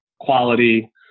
quality